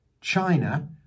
China